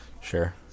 Sure